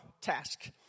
task